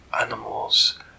animals